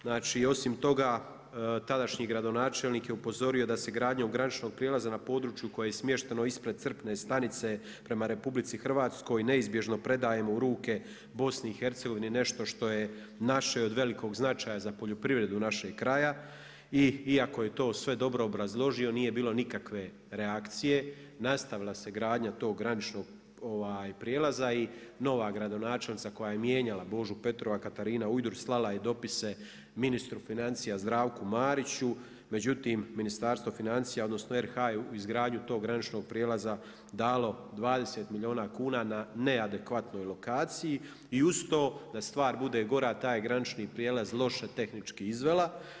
Znači osim toga, tadašnji gradonačelnik je upozorio da se gradnjom graničnog prijelaza na području koje je smješteno ispred crpne stanice prema RH neizbježno predajemo u BiH-u, nešto što je naše i od velikog značaja za poljoprivredu našeg kraja i iako je to sve dobro obrazložio, nije bilo nikakve relacije, nastavila se gradnja tog graničnog prijelaza i nova gradonačelnica koja je mijenjala Božu Petrova, Katarina Ujdur slala je dopise ministru financija Zdravku Mariću, međutim Ministarstvo financija odnosno RH je u izgradnju tog graničnog prijelaza dalo 20 milijuna kuna na neadekvatnoj lokaciji i uz to da stvar bude gora, taj je granični prijelaz loše tehnički izvela.